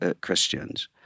Christians